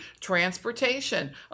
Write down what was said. transportation